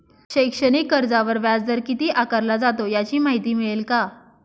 शैक्षणिक कर्जावर व्याजदर किती आकारला जातो? याची माहिती मिळेल का?